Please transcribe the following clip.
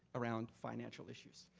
around financial issues.